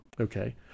Okay